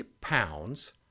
pounds